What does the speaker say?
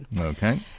Okay